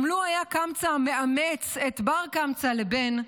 גם לו היה קמצא מאמץ את בר קמצא לבן,